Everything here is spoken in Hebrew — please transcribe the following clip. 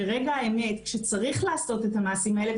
ברגע האמת כשצריך לעשות את המעשים האלה,